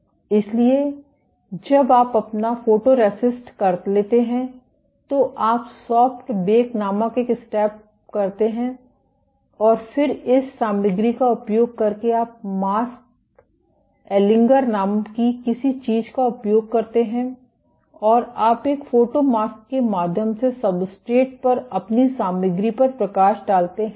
इसलिए जब आप अपना फोटोरेसिस्ट कर लेते हैं तो आप सॉफ्ट बेक नामक एक स्टेप करते हैं और फिर इस सामग्री का उपयोग करके आप मास्क एलिंगर नाम की किसी चीज का उपयोग करते हैं और आप एक फोटो मास्क के माध्यम से सब्सट्रेट पर अपनी सामग्री पर प्रकाश डालते हैं